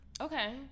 okay